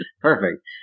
Perfect